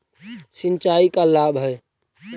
सिंचाई का लाभ है?